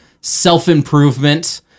self-improvement